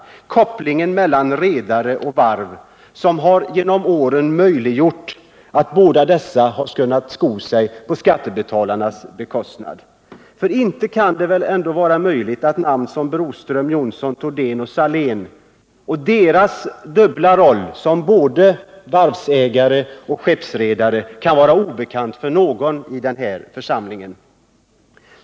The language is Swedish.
Det är kopplingen mellan redare och varv som genom åren möjliggjort att båda dessa parter kunnat sko sig på skattebetalarnas bekostnad. Broströms, Johnsons, Thordéns och Saléns dubbla roller som varvsägare och skeppsredare kan inte vara obekanta för någon i denna församling.